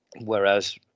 Whereas